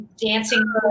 dancing